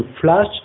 flash